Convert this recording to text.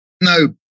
No